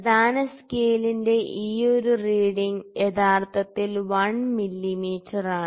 പ്രധാന സ്കെയിലിന്റെ ഈ ഒരു റീഡിങ് യഥാർത്ഥത്തിൽ 1 മില്ലീമീറ്ററാണ്